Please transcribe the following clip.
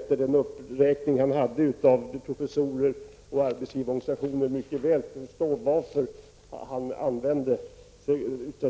Efter den uppräkning av professorer och arbetsgivarorganisationer som han gjorde kan jag mycket väl förstå varför han använde